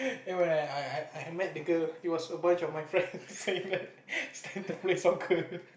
then when I I I met the girl it was a bunch of my friends saying that it's time to play soccer